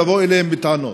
לבוא אליהם בטענות.